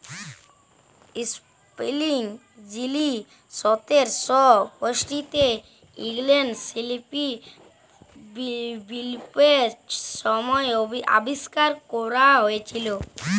spinning যিলি সতের শ পয়ষট্টিতে ইংল্যাল্ডে শিল্প বিপ্লবের ছময় আবিষ্কার ক্যরা হঁইয়েছিল